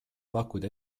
pakkuda